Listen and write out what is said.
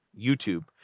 YouTube